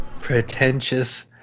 Pretentious